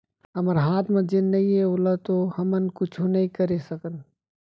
हमर हाथ म जेन नइये ओला तो हमन कुछु नइ करे सकन